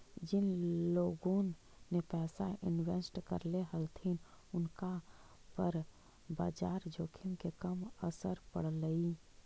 जिन लोगोन ने पैसा इन्वेस्ट करले हलथिन उनका पर बाजार जोखिम के कम असर पड़लई